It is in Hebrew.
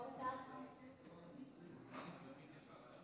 תודה רבה, אדוני היושב-ראש.